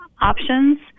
options